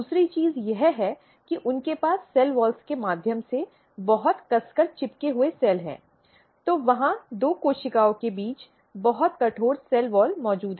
दूसरी चीज यह है कि उनके पास सेल वॉल के माध्यम से बहुत कसकर चिपके हुए सेल हैं तो वहाँ दो कोशिकाओं के बीच बहुत कठोर सेल वॉल मौजूद हैं